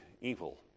evil